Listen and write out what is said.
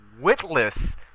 witless